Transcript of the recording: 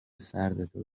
سردتو